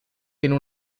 tiene